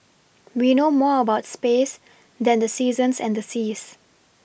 we know more about space than the seasons and the seas